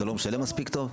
אתה לא משלם מספיק טוב?